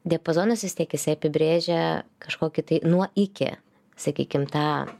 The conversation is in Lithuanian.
diapazonas vis tiek jisai apibrėžia kažkokį tai nuo iki sakykim tą